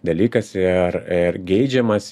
dalykas ir ir geidžiamas